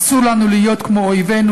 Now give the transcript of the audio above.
אסור לנו להיות כמו אויבינו.